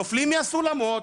נופלים מהסולמות,